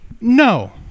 No